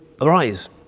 arise